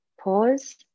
pause